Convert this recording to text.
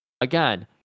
again